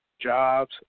jobs